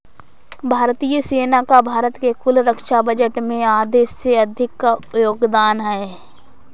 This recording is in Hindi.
भारतीय सेना का भारत के कुल रक्षा बजट में आधे से अधिक का योगदान है